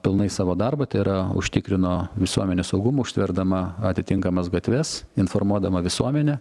pilnai savo darbą tai yra užtikrino visuomenės saugumą užtverdama atitinkamas gatves informuodama visuomenę